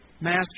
Master